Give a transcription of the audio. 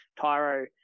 tyro